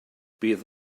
bydd